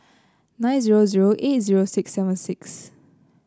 nine zero zero eight zero six seven six